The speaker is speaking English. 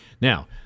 now